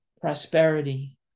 Prosperity